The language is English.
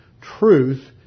Truth